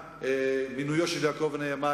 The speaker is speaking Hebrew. ומהבחינה הזאת מינויו של יעקב נאמן,